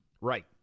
Right